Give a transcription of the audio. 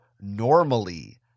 normally